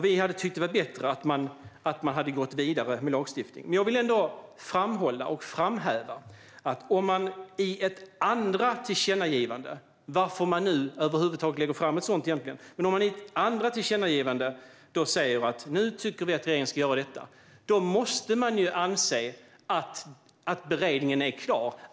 Vi hade tyckt att det hade varit bättre att gå vidare med lagstiftning. Jag vill ändå framhålla att om man i ett andra tillkännagivande - varför man över huvud taget gör ett sådant - säger att regeringen nu ska göra detta måste man anse att beredningen är klar.